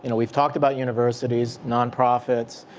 and we've talked about universities. non-profits.